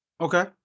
Okay